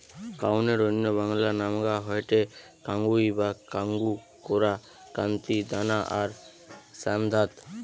কাউনের অন্য বাংলা নামগা হয়ঠে কাঙ্গুই বা কাঙ্গু, কোরা, কান্তি, দানা আর শ্যামধাত